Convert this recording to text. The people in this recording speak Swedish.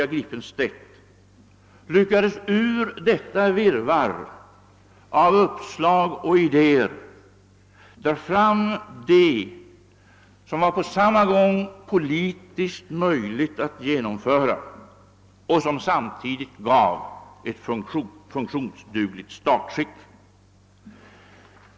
A. Gripenstedt lyckades ur detta virrvarr av uppslag och idéer dra fram det som var politiskt möjligt att genomföra och som samtidigt gav ett funktionsdugligt statsskick.